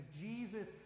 Jesus